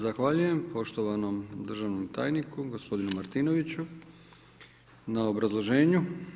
Zahvaljujem poštovanom državnom tajniku, gospodinu Martinoviću na obrazloženju.